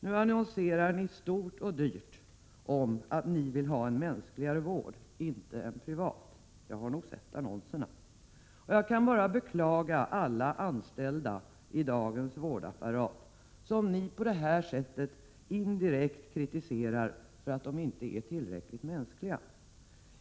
Nu annonserar ni stort och dyrt om att ni vill ha en mänskligare vård, inte en privat — jag har nog sett annonserna! Jag kan bara beklaga alla anställda i dagens vårdapparat, som ni på det här sättet indirekt kritiserar för att inte vara tillräckligt mänskliga.